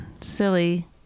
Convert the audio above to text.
Silly